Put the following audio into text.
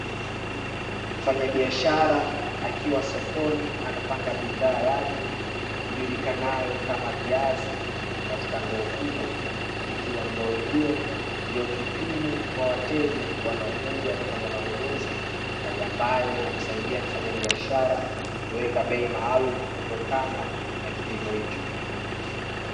Mfanyabiashara akiwa sokoni anapanga biadhaa yake ijulikanayo kama viazi katika ndoo kubwa, ikiwa ndoo hiyo ndiyo kipimo kwa wateja wanaokuja kufanya manunuzi hali ambayo inamsaidia mfanyabiashara kuweka bei maalum kutokana na kipimo hicho.